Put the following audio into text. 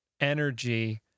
energy